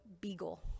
Beagle